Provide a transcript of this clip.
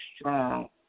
strong